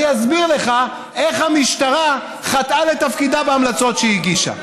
אני אסביר לך איך המשטרה חטאה לתפקידה בהמלצות שהיא הגישה.